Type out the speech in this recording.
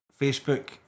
Facebook